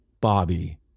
Bobby